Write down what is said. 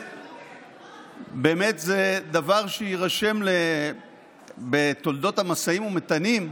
באמת שזה דבר שיירשם בתולדות המשאים ומתנים,